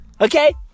Okay